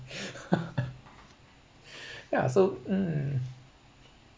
yeah so um